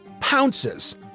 pounces